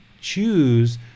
choose